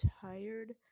tired